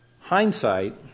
Hindsight